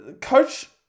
Coach